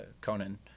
Conan